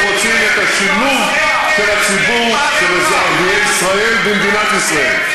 אנחנו רוצים את השילוב של הציבור של ערביי ישראל במדינת ישראל,